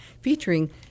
featuring